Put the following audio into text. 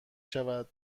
شود